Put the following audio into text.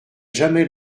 jamais